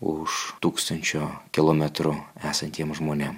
už tūkstančio kilometrų esantiem žmonėm